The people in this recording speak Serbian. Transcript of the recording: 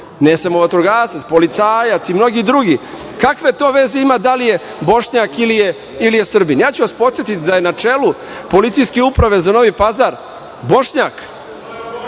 na samo vatrogasac, policajac, i mnogi drugi. Kakve to veze ima da li je Bošnjak ili je Srbin. Podsetiću vas da je na čelu policijske uprave za Novi Pazar Bošnjak.